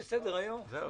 ואני.